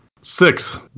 Six